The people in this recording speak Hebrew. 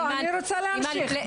לא אני רוצה להמשיך.